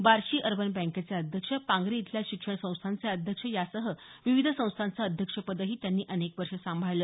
Barshi urban बँकेचे अध्यक्ष पांगरी इथल्या शिक्षण संस्थांचे अध्यक्ष यासह विविध संस्थांचं अध्यक्षपदही त्यांनी अनेक वर्ष सांभाळलं